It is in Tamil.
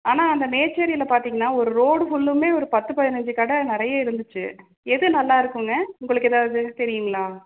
ஆனால் அந்த மேச்செரியில் பார்த்திங்கன்னா ஒரு ரோடு ஃபுல்லுமே ஒரு பத்து பதினைஞ்சு கடை நிறைய இருந்துச்சு எது நல்லா இருக்குங்க உங்களுக்கு எதாவது தெரியுங்களா